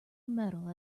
metal